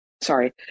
sorry